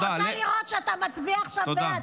אלמוג, אני רוצה לראות שאתה מצביע עכשיו בעד.